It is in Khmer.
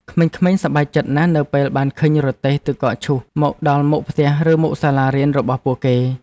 ក្មេងៗសប្បាយចិត្តណាស់នៅពេលបានឃើញរទេះទឹកកកឈូសមកដល់មុខផ្ទះឬមុខសាលារៀនរបស់ពួកគេ។